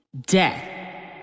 death